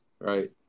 right